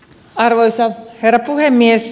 arvoisa herra puhemies